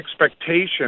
expectation